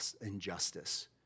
injustice